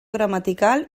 gramatical